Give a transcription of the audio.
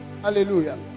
hallelujah